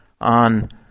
on